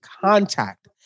contact